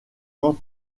quant